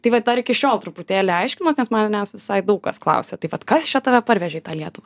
tai vat dar iki šiol truputėlį aiškinuos nes manęs visai daug kas klausia tai vat kas čia tave parvežė į tą lietuvą